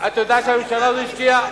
את יודעת שהממשלה הזאת השקיעה,